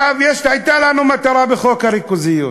הייתה לנו מטרה בחוק הריכוזיות.